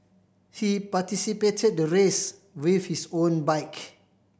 he participated the race with his own bike